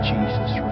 Jesus